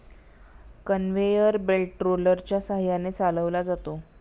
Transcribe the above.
conveyor belt रोलरच्या सहाय्याने चालवला जातो